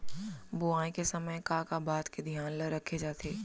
बुआई के समय का का बात के धियान ल रखे जाथे?